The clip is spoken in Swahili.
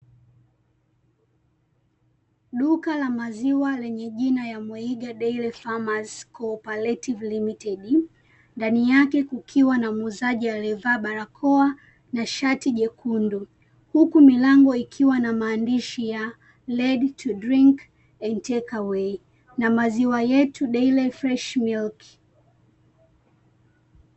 Duka la maziwa lenye jina MWEIGA DAIRY FARMERS COOPERATIVE LTD. ndani yake kukiwa na muuzaji aliyevaa barakoa na shati jekundu, huku milango ikiwa na maandishi ya READY TO DRINK AND TAKEAWAY na MAZIWA YETU DAIRY FRESH MILK.